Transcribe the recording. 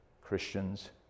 Christians